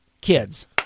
kids